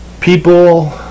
people